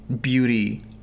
beauty